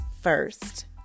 first